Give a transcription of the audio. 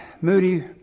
Moody